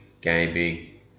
gaming